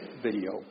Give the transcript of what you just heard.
video